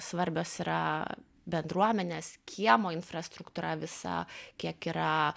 svarbios yra bendruomenės kiemo infrastruktūra visa kiek yra